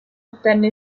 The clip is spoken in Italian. ottenne